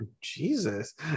Jesus